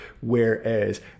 Whereas